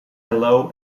hello